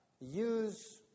use